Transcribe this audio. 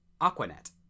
Aquanet